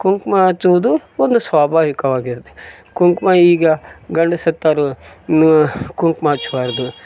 ಕುಂಕುಮ ಹಚ್ಚುವುದು ಒಂದು ಸ್ವಾಭಾವಿಕವಾಗಿರತ್ತೆ ಕುಂಕುಮ ಈಗ ಗಂಡ ಸತ್ತರು ಇನ್ನೂ ಕುಂಕುಮ ಹಚ್ಬಾರ್ದು